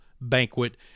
banquet